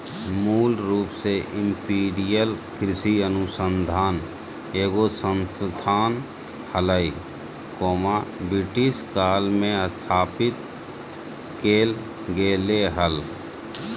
मूल रूप से इंपीरियल कृषि अनुसंधान एगो संस्थान हलई, ब्रिटिश काल मे स्थापित कैल गेलै हल